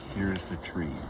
here's the tree.